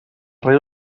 riu